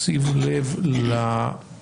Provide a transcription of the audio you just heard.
בשים לב לסיטואציה